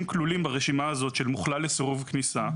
כלולים ברשימה הזאת של מוכלל לסירוב כניסה,